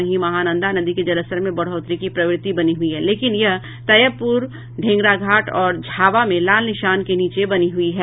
वहीं महानंदा नदी के जलस्तर में बढ़ोतरी की प्रवृति बनी है लेकिन यह तैयबपुर ढेंगराघाट और झावा में लाल निशान के नीचे बनी हुई है